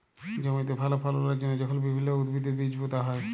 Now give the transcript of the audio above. জমিতে ভাল ফললের জ্যনহে যখল বিভিল্ল্য উদ্ভিদের বীজ পুঁতা হ্যয়